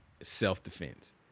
self-defense